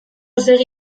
segi